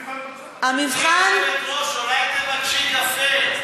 המבחן, גברתי היושבת-ראש, אולי תבקשי קפה.